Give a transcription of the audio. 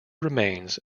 remains